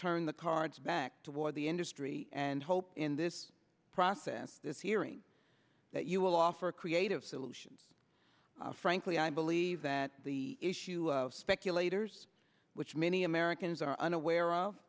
turn the cards back toward the industry and hope in this process this hearing that you will offer creative solutions frankly i believe that the issue of speculators which many americans are unaware of